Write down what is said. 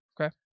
Okay